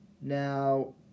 Now